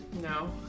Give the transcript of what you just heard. No